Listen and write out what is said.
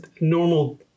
normal